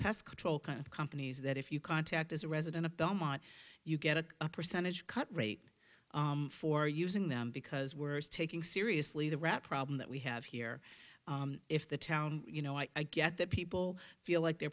pest control kind of companies that if you contact as a resident at the moment you get a percentage cut rate for using them because we're taking seriously the rat problem that we have here if the town you know i get that people feel like their